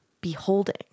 beholding